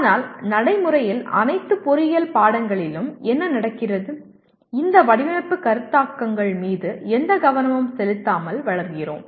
ஆனால் நடைமுறையில் அனைத்து பொறியியல் பாடங்களிலும் என்ன நடக்கிறது இந்த வடிவமைப்பு கருத்தாக்கங்கள் மீது எந்த கவனமும் செலுத்தாமல் வளர்கிறோம்